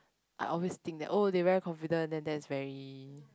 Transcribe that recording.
I always think that oh they very confident then that's very